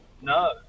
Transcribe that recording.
No